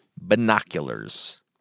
binoculars